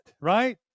right